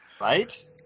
Right